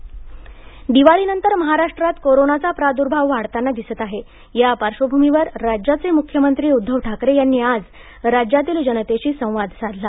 महाराष्ट्र मख्यमंत्री दिवाळीनंतर महाराष्ट्रात कोरोनाचा प्रादुर्भाव वाढताना दिसत आहे त्या पार्श्वभूमीवर राज्याचे मुख्यमंत्री उद्धव ठाकरे यांनी आज राज्यातील जनतेशी संवाद साधला